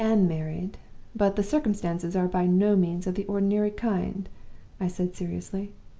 i am married but the circumstances are by no means of the ordinary kind i said, seriously.